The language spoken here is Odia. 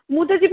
ମୁଁ ତ ଯିବିନି